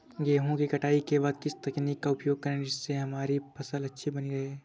गेहूँ की कटाई के बाद किस तकनीक का उपयोग करें जिससे हमारी फसल अच्छी बनी रहे?